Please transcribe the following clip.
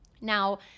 now